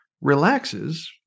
relaxes